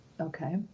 Okay